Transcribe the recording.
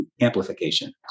amplification